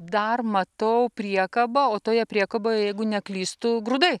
dar matau priekabą o toje priekaboje jeigu neklystu grūdai